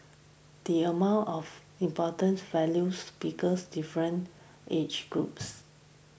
the among of important values because difference age groups